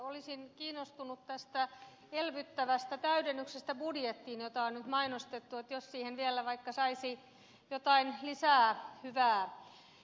olisin kiinnostunut tästä elvyttävästä täydennyksestä budjettiin jota on nyt mainostettu jos siihen vielä vaikka saisi jotain lisää hyvää